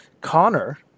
Connor